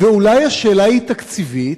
ואולי השאלה היא תקציבית?